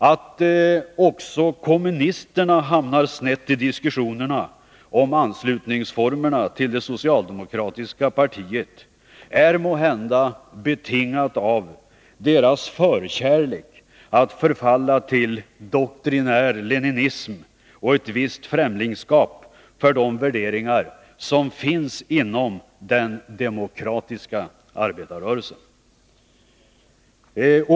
Att också kommunisterna hamnar snett i diskussionen om formerna för anslutning till det socialdemokratiska partiet är måhända betingat av deras förkärlek att förfalla till doktrinär leninism och ett visst främlingskap för de värderingar som finns inom den demokratiska arbetarrörelsen.